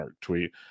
tweet